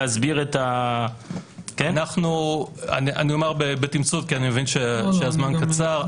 אני אומר בתמצות כי אני מבין שהזמן קצר.